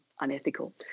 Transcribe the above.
unethical